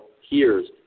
hears